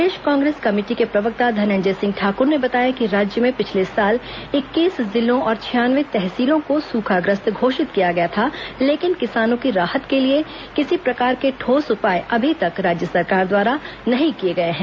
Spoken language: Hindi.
प्रदेश कांग्रेस कमेटी के प्रवक्ता धनंजय सिंह ठाक्र ने बताया कि राज्य में पिछले साल इक्कीस जिला और छियानवे तहसीलों को सुखाग्रस्त घोषित किया गया था लेकिन किसानों के राहत के लिए किसी प्रकार के ठोस उपाय अभी तक राज्य सरकार द्वारा नहीं किए गए हैं